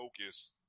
focus